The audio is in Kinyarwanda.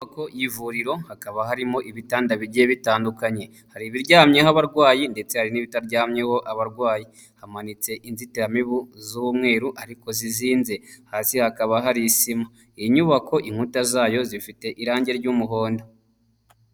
Ku ivuriro hakaba harimo ibitanda bigiye bitandukanye hari ibiryamyeho abarwayi ndetse hari n'ibitaryamyeho abarwayi hamanitse inzitiramibu z'umweru ariko zizinze, hasi hakaba hari isima inyubako inkuta zayo zifite irangi ry'umuhondo.